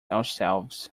ourselves